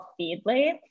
Feedly